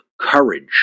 courage